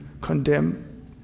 condemn